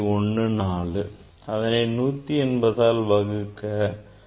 14 அதனை 180 ஆல் வகுக்க வேண்டும்